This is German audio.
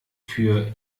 für